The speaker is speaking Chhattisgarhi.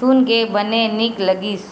सुन के बने नीक लगिस